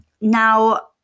Now